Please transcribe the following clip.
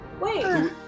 Wait